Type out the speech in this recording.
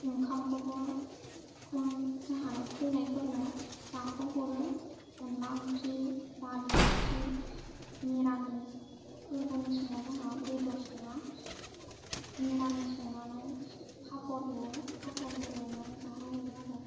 ओंखामखौबो जाहानाव फैनाय फोरनो जाहोहरो अनला ओंख्रि दालि ओंख्रि मिरामिस फोरबोनि समाव जोंहा बेदर सङा मिरामिस संनानै पापर एवो पापर एवनानै जाहोहरो आरो